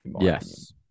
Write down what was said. Yes